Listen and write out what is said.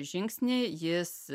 žingsnį jis